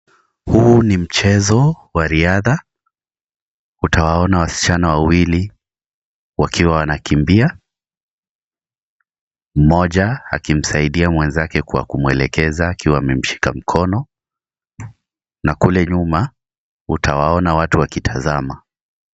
Huu ni mchezo wa riadha, utawaona wasichana wawili wakiwa wanakimbia. Mmoja akimsaidia mwenzake kwa kumwelekeza akiwa amemshika mkono na kule nyuma utawaona watu wakitazama.